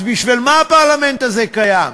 אז בשביל מה הפרלמנט הזה קיים?